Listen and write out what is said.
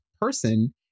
person